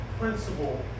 principle